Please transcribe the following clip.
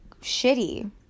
shitty